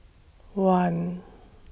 one